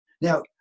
Now